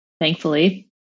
thankfully